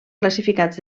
classificats